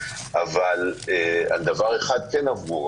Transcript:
אבל על דבר אחד כן עברו,